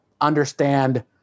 understand